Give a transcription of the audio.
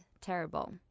terrible